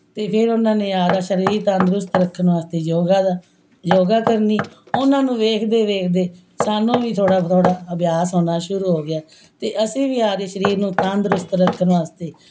ਅਤੇ ਫਿਰ ਉਨ੍ਹਾਂ ਨੇ ਆਪਦਾ ਸ਼ਰੀਰ ਤੰਦਰੁਸਤ ਰੱਖਣ ਵਾਸਤੇ ਯੋਗਾ ਦਾ ਯੋਗਾ ਕਰਨੀ ਉਨ੍ਹਾਂ ਨੂੰ ਵੇਖਦੇ ਵੇਖਦੇ ਸਾਨੂੰ ਵੀ ਥੋੜ੍ਹਾ ਥੋੜ੍ਹਾ ਅਭਿਆਸ ਹੋਣਾ ਸ਼ੁਰੂ ਹੋ ਗਿਆ ਅਤੇ ਅਸੀਂ ਵੀ ਆਪਦੇ ਸ਼ਰੀਰ ਨੂੰ ਤੰਦਰੁਸਤ ਰੱਖਣ ਵਾਸਤੇ